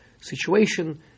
situation